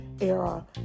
era